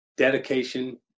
dedication